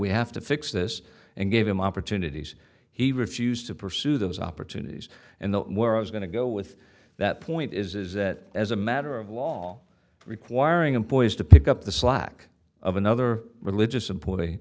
we have to fix this and gave him opportunities he refused to pursue those opportunities and the where i was going to go with that point is that as a matter of law requiring employees to pick up the slack of another religious imp